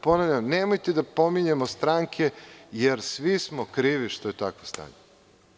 Ponavljam, nemojte da pominjemo stranke, jer svi smo krivi što je takvo stanje.